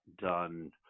done